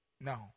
No